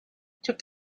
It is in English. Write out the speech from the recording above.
took